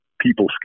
people